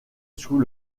sous